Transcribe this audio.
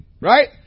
Right